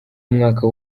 umwaka